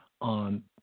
on